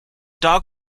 dog